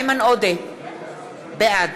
בעד